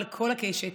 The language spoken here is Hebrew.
על כל הקשת,